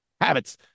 habits